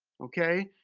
okay?